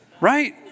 right